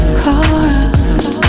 chorus